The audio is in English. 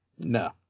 No